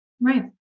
Right